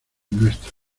nuestro